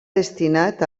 destinat